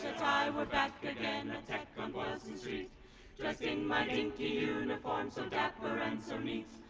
back again at tech on boylston street, dressed in my dinky uniform so dapper and so neat.